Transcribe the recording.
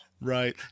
Right